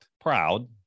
proud